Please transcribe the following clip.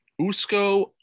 usko